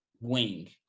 wing